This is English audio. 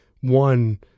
one